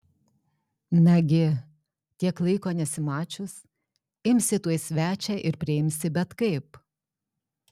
nagi tiek laiko nesimačius imsi tuoj svečią ir priimsi bet kaip